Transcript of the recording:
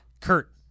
kurt